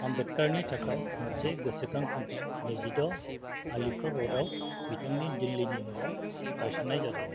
आम्बेडकारनि थाखाय मोनसे गोसोखां खाम्फा नैजिद' आलीपुर र'डआव बिथांनि दिल्लीनि न'आव गायसननाय जादोंमोन